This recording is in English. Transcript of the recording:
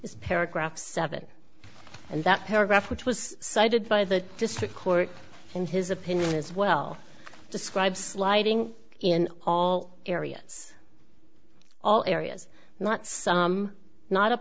is paragraph seven and that paragraph which was cited by the district court in his opinion is well described sliding in all areas all areas not some not